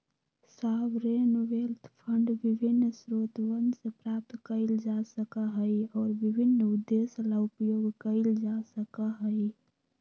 sovereign wealth fund विभिन्न स्रोतवन से प्राप्त कइल जा सका हई और विभिन्न उद्देश्य ला उपयोग कइल जा सका हई